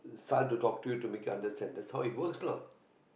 start to talk to you to make you understand that's how it works lah